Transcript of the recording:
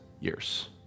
years